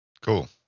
Cool